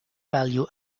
value